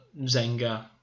Zenga